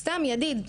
סתם ידיד,